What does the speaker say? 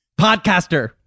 Podcaster